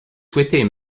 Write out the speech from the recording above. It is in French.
souhaitez